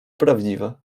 prawdziwe